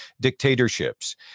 dictatorships